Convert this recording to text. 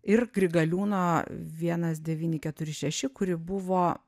ir grigaliūno vienas devyni keturi šeši kuri buvo